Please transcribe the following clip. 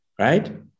right